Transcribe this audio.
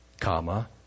comma